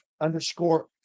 underscore